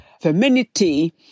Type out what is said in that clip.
femininity